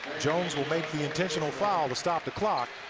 jones will make the intentional foul to stop the clock.